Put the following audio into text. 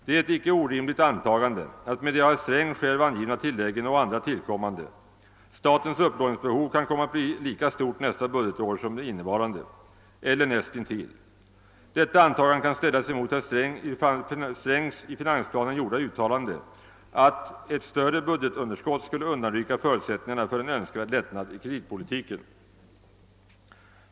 Det är ett icke orimligt antagande att, med de av herr Sträng själv angivna tilläggen och andra tillkommande, statens upplåningsbehov kan komma att bli lika stort nästa budgetår som innevarande, eller näst intill. Deita antagande kan ställas mot herr Strängs i finansplanen gjorda uttalande, att »ett större budgetunderskott skulle undanrycka förutsättningarna för en önskvärd lättnad i kreditpolitiken«.